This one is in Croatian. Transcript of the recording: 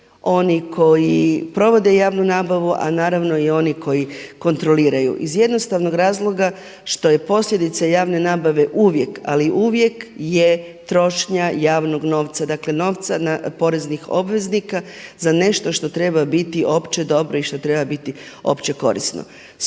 oni koje provode javnu nabavu, a naravno i oni koji kontroliraju. Iz jednostavnog razloga što je posljedica javne nabave uvijek, ali uvijek je trošnja javnog novca, dakle, novca poreznih obveznika za nešto što treba biti opće dobro i što treba biti opće korisno.